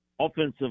offensive